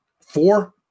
four